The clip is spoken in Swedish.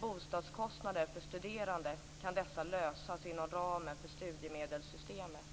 Bostadskostnader för studerande är något som kan lösas inom ramen för studiemedelssystemet.